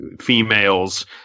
females